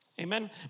Amen